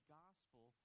gospel